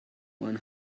one